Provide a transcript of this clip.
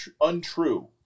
untrue